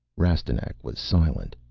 rastignac was silent.